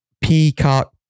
peacock